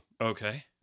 Okay